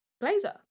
blazer